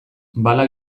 bala